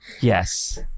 Yes